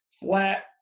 flat